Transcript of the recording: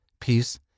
peace